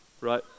Right